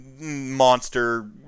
monster